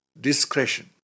discretion